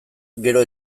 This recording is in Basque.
gero